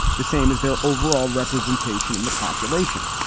the same as their overall representation in the population.